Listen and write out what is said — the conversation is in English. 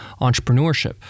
entrepreneurship